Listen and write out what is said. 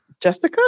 Jessica